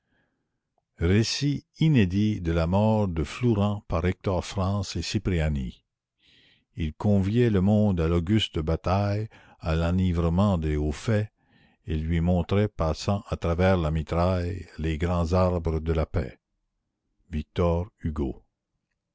récit inédit de la mort de flourens par hector france et cipriani ils conviaient le monde à l'auguste bataille a l'enivrement des hauts faits et lui montraient passant à travers la mitraille les grands arbres de la paix